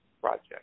project